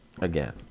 again